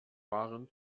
waren